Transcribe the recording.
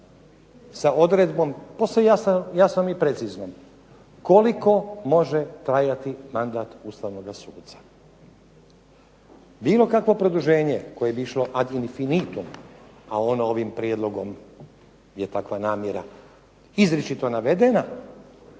sa odredbom, posve jasnom i preciznom, koliko može trajati mandat ustavnoga suca. Bilo kakvo produženje koje bi išlo … /Govornik se ne razumije./… a ono ovim prijedlogom je takva namjera izričito navedena